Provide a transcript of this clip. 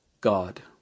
God